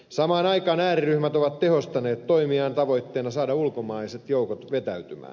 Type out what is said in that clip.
samaan aikaan ääriryhmät ovat tehostaneet toimiaan tavoitteena saada ulkomaiset joukot vetäytymään